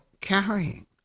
carrying